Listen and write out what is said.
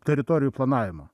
teritorijų planavimo